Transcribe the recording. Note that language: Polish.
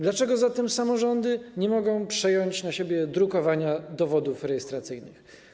Dlaczego zatem samorządy nie mogą przejąć na siebie drukowania dowodów rejestracyjnych?